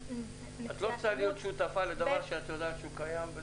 את לא רוצה להיות שותפה לדבר שאת יודעת שהוא קיים.